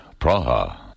Praha